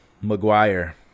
Maguire